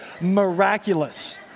miraculous